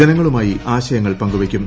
ജനങ്ങളുമായി ആശയങ്ങൾ പ്പ്കുവയ്ക്കും